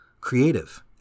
creative